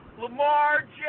Lamar